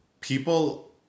People